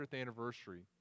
anniversary